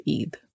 Eid